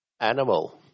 animal